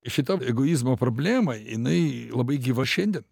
ir šita egoizmo problema jinai labai gyva šiandien